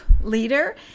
leader